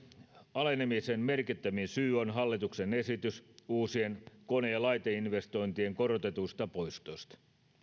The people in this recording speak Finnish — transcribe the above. alenemisen merkittävin syy on hallituksen esitys uusien kone ja laiteinvestointien korotetuista poistoista